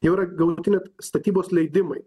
jau yra galutiniai statybos leidimai